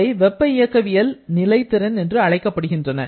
அவை வெப்ப இயக்கவியல் நிலை திறன் என்று அழைக்கப்படுகின்றன